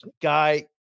guy